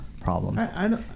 problems